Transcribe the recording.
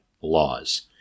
laws